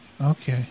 Okay